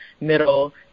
middle